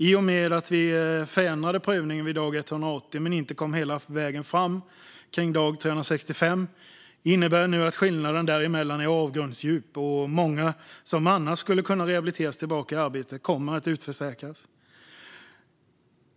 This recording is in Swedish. I och med att vi förändrade prövningen vid dag 180 men inte kom hela vägen fram när det gällde dag 365 är skillnaden däremellan nu avgrundsdjup, och många som annars skulle kunna rehabiliteras tillbaka i arbete kommer att utförsäkras.